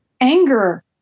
anger